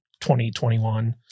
2021